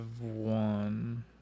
one